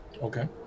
Okay